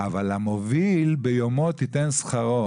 אבל המוביל ביומו תיתן שכרו,